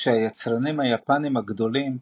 כשהיצרנים היפנים הגדולים,